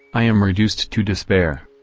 i am reduced to despair.